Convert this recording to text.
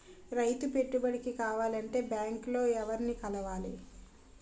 రైతు పెట్టుబడికి కావాలంటే బ్యాంక్ లో ఎవరిని కలవాలి?